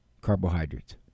carbohydrates